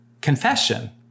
confession